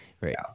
right